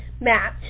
match